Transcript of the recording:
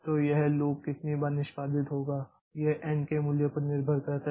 तो यह लूप कितनी बार निष्पादित होगा यह n के मूल्य पर निर्भर करता है